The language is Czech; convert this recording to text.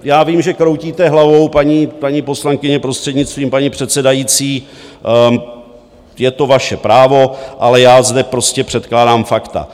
Já vím, že kroutíte hlavou, paní poslankyně, prostřednictvím paní předsedající, je to vaše právo, ale já zde prostě předkládám fakta.